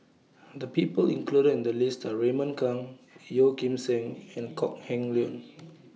The People included in The list Are Raymond Kang Yeo Kim Seng and Kok Heng Leun